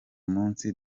munsi